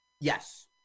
Yes